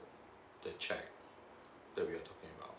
the cheque that we're talking about